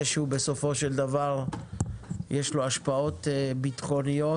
שבסופו של דבר יש לו השפעות ביטחוניות